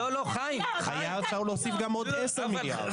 היה אפשר להוסיף גם עוד עשרה מיליארד.